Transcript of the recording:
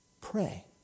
Pray